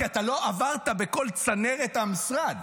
כי אתה לא עברת בכל צנרת המשרד.